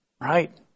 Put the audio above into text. right